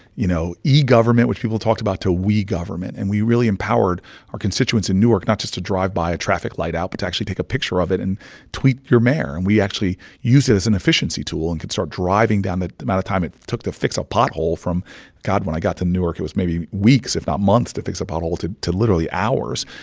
you know, e-government, which people talked about, to we government. and we really empowered our constituents in newark not just to drive by a traffic light out but to actually take a picture of it and tweet your mayor. and we actually used it as an efficiency tool and could start driving down the amount of time it took to fix a pothole from god, when i got to newark, it was maybe weeks, if not months to fix a pothole to to literally hours.